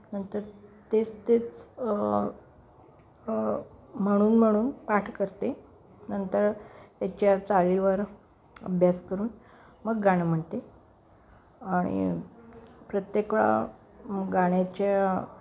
नंतर तेच तेच म्हणून म्हणून पाठ करते नंतर त्याच्या चालीवर अभ्यास करून मग गाणं म्हणते आणि प्रत्येक वेळा गाण्याच्या